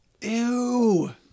Ew